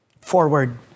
forward